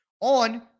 on